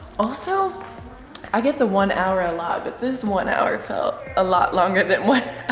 also i get the one hour a lot, but this one hour felt a lot longer than one